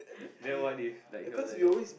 then what did you like he was like no